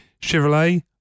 Chevrolet